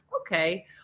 Okay